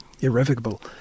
irrevocable